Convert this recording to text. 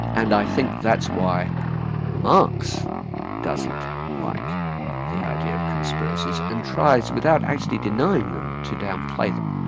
and i think that's why marx doesn't like the idea of conspiracies and tries, without actually denying them, to downplay them.